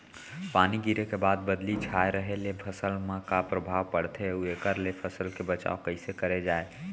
पानी गिरे के बाद बदली छाये रहे ले फसल मा का प्रभाव पड़थे अऊ एखर ले फसल के बचाव कइसे करे जाये?